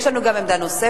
יש לנו גם עמדה נוספת.